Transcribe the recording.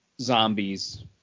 zombies